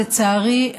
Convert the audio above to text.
לצערי,